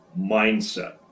mindset